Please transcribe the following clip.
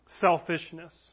selfishness